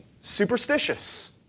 superstitious